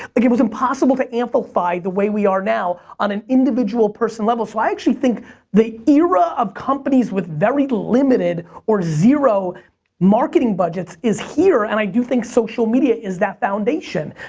think it was impossible to amplify the way we are now on an individual person level, so i actually think the era of companies with very limited or zero marketing budgets is here and i do think social media is that foundation.